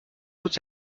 toute